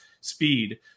speed